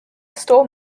store